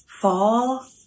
fall